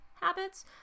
habits